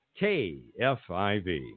KFIV